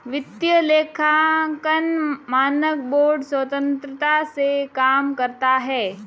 वित्तीय लेखांकन मानक बोर्ड स्वतंत्रता से काम करता है